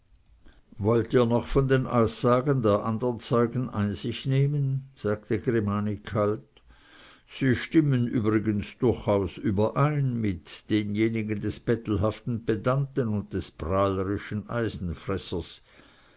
wollt ihr noch von den aussagen der andern zeugen einsicht nehmen sagte grimani kalt sie stimmen übrigens durchaus überein mit denjenigen des bettelhaften pedanten und des prahlerischen